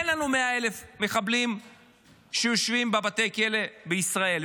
אין לנו 100,000 מחבלים שיושבים בבתי הכלא בישראל.